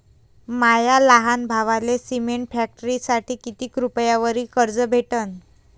माया लहान भावाले सिमेंट फॅक्टरीसाठी कितीक रुपयावरी कर्ज भेटनं?